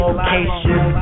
location